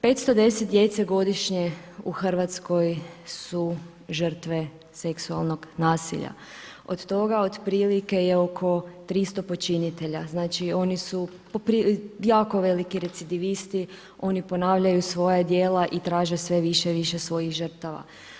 510 djece godišnje u Hrvatskoj su žrtve seksualnog nasilja, od toga, otprilike je oko 300 počinitelja, znači oni su jako veliki recidivisti, oni ponavljaju svoja djela i traže sve više i više svojih žrtava.